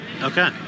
Okay